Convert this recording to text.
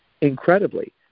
incredibly